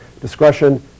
discretion